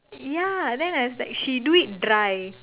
ya then I was like she do it dry